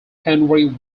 henry